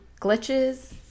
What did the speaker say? Glitches